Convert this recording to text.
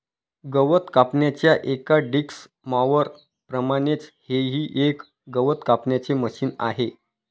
गवत कापण्याच्या एका डिक्स मॉवर प्रमाणेच हे ही एक गवत कापण्याचे मशिन आहे